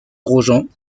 grosjean